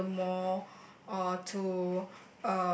around the mall or to